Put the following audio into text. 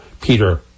Peter